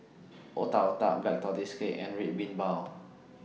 Otak Otak Black Tortoise Cake and Red Bean Bao